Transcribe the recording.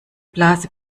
blase